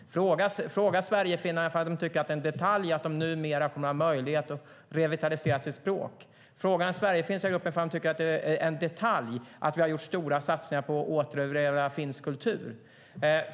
Fråga sverigefinnarna ifall de tycker att det är en detalj att de numera kommer att ha möjlighet att revitalisera sitt språk! Fråga den Sverigefinska gruppen ifall de tycker att det är en detalj att vi har gjort stora satsningar på att återerövra finsk kultur!